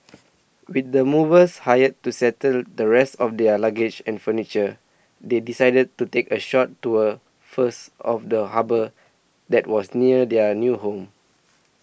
with the movers hired to settle the rest of their luggage and furniture they decided to take a short tour first of the harbour that was near their new home